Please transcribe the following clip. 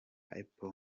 apple